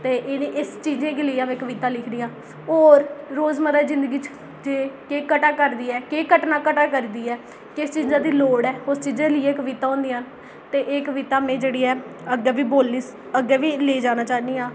ते एह्दे इस चीजें गी लेइयै में कविता लिखनी आं होर रोजमर्रा दी जिंदगी च जे केह् घटै करदी ऐ केह् घटना घटै करदी ऐ किस चीजै दी लोड़ ऐ उस चीजै गी लेइयै कविता होंदियां न ते एह् कविता में जेह्ड़ी ऐ में अग्गें बी बोल्लियै अग्गें बी लेई जाना चाह्न्नी आं